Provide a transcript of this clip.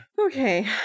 Okay